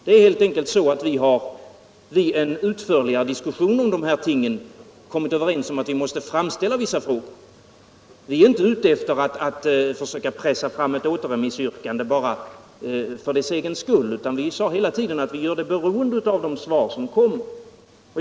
Vi har helt enkelt genom utförliga diskussioner av de här tingen kommit överens om att vi måste framställa vissa frågor. Vi är inte ute efter att pressa fram ett återremissyrkande bara för dess egen skull, utan vi sade hela tiden att vi gör det beroende av de svar som ges.